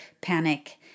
panic